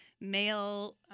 male